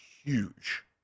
huge